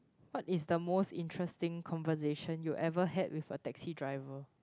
what is the most interesting conversation you ever had with a taxi driver